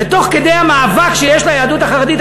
ותוך כדי המאבק שיש ליהדות החרדית,